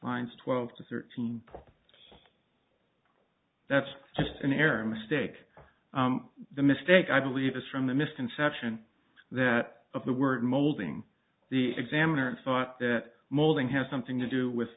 lines twelve to thirteen that's just an error a mistake the mistake i believe is from the misconception that of the word molding the examiner thought that molding has something to do with